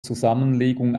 zusammenlegung